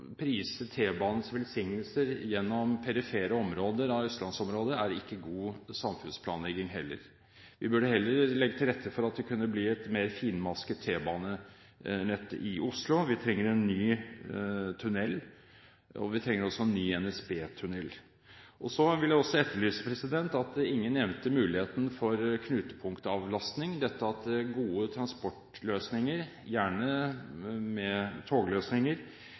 velsignelser gjennom perifere områder av østlandsområdet ikke god samfunnsplanlegging heller. Vi burde heller legge til rette for at det kunne bli et mer finmasket T-banenett i Oslo. Vi trenger en ny tunnel, og vi trenger også en ny NSB-tunnel. Jeg vil også etterlyse at ingen nevnte muligheten for knutepunktavlastning – dette at gode transportløsninger, gjerne togløsninger,